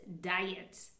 diet